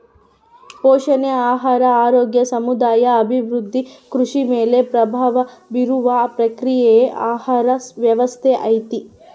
ಪೋಷಣೆ ಆಹಾರ ಆರೋಗ್ಯ ಸಮುದಾಯ ಅಭಿವೃದ್ಧಿ ಕೃಷಿ ಮೇಲೆ ಪ್ರಭಾವ ಬೀರುವ ಪ್ರಕ್ರಿಯೆಯೇ ಆಹಾರ ವ್ಯವಸ್ಥೆ ಐತಿ